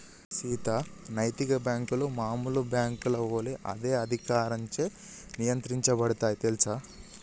సీత నైతిక బాంకులు మామూలు బాంకుల ఒలే అదే అధికారంచే నియంత్రించబడుతాయి తెల్సా